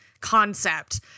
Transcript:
concept